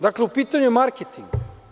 Dakle, u pitanju je marketing.